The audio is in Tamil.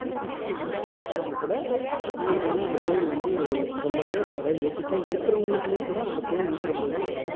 ஏத்திஸ்ட்டாக இல்லாம இருக்குறவங்க கூட அவங்களுக்கு வந்து அந்த கோயில் வந்து ரொம்பவே அதாவது ஏத்திஸ்ட்டாக இருக்குறவங்களுக்குமே கூட அந்த கோயில் வந்து ரொம்பவே